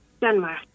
Denmark